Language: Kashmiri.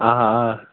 آ آ